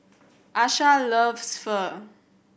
Asha loves Pho